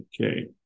Okay